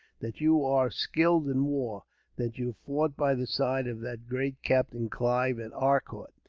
that you are skilled in war that you fought by the side of that great captain clive at arcot,